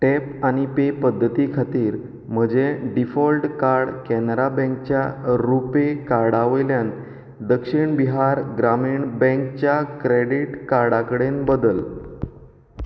tap आनी pay पद्दती खातीर म्हजें डिफॉल्ट कार्ड कॅनरा बँकच्या रुपे कार्डा वयल्यान दक्षिण बिहार ग्रामीण बँकच्या क्रॅडिट कार्डाकडेन बदल